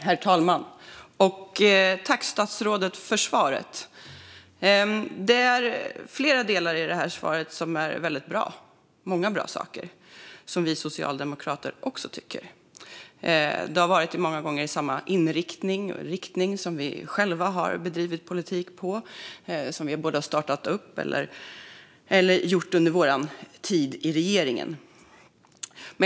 Herr talman! Tack för svaret, statsrådet! Flera delar av svaret är väldigt bra. Här finns många bra saker som också vi socialdemokrater tycker, och många gånger har det samma inriktning som den politik vi själva har bedrivit och sådant vi har startat upp eller gjort under vår tid i regeringen.